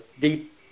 deep